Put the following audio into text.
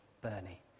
Bernie